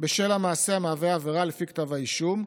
בשל המעשה המהווה עבירה לפי כתב האישום,